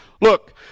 Look